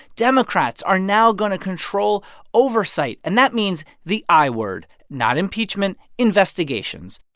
democrats are now going to control oversight. and that means the i-word not impeachment, investigations.